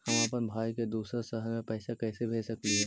हम अप्पन भाई के दूसर शहर में पैसा कैसे भेज सकली हे?